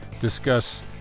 discuss